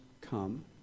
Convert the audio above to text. come